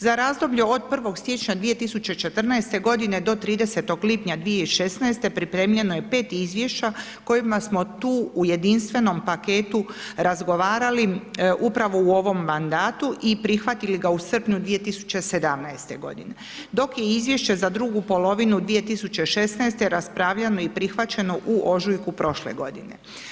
Za razdoblje od 1. siječnja 2014. g. do 30. lipnja 2016. pripremljeno je 5 izvješća kojima smo tu u jedinstvenom paketu razgovarali upravo u ovom mandatu i prihvatili ga u srpnju 2017. g. dok je izvješće za dugu polovinu 2016. raspravljeno i prihvaćeno u ožujku prošle godine.